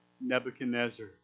Nebuchadnezzar